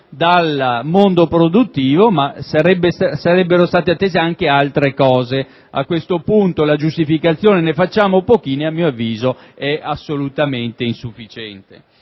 dal mondo produttivo, ma sarebbero state attese anche altre iniziative. A questo punto, la giustificazione «ne facciamo pochini» a mio avviso è assolutamente insufficiente: